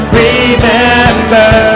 remember